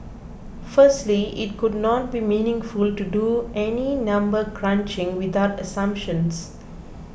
firstly it could not be meaningful to do any number crunching without assumptions